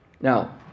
Now